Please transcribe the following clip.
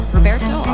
Roberto